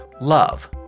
love